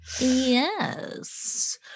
yes